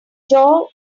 jaw